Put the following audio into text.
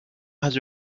has